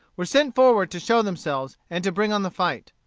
were sent forward to show themselves, and to bring on the fight.